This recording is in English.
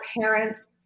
parents